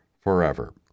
forever